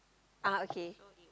ah okay